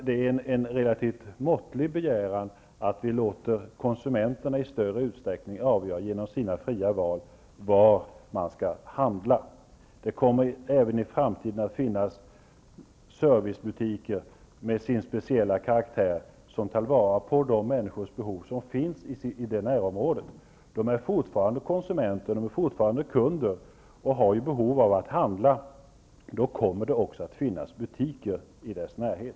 Det är en relativt måttlig begäran att vi låter konsumenterna i större utsträckning genom sina fria val få avgöra var de skall handla. Det kommer även i framtiden att finnas servicebutiker, med deras speciella karaktär, som tillgodoser behoven hos de människor som finns i närområdet. Dessa människor är fortfarande konsumenter, kunder, och behöver ju handla. Då kommer det också att finnas butiker i deras närhet.